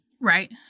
Right